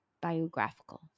biographical